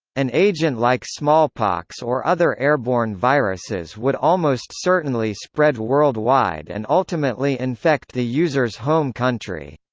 an agent like smallpox or other airborne viruses would almost certainly spread worldwide and ultimately infect the user's home country.